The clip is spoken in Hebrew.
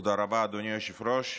תודה רבה, אדוני היושב-ראש.